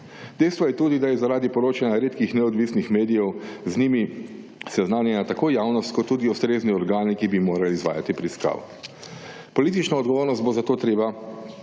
Dejstvo je tudi, da je zaradi poročanja redkih neodvisnih medijev z njimi seznanjena tako javnost kot tudi ustrezni organi, ki bi morali izvajati preiskavo. Politična odgovornost bo zato potrebno